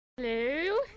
Hello